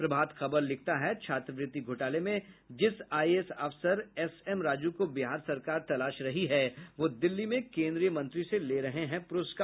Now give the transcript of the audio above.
प्रभात खबर लिखता है छात्रवृति घोटाले में जिस आईएएस अफसर एसएमराजू को बिहार सरकार तलाश रही वह दिल्ली में कोन्द्रीय मंत्री से ले रहे हैं पुरस्कार